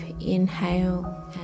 inhale